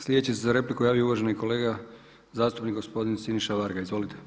Sljedeći se za repliku javio uvaženi kolega zastupnik gospodin Siniša Varga, izvolite.